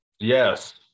yes